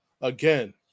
again